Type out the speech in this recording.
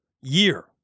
year